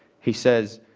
he says,